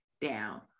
down